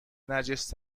نجس